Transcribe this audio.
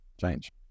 change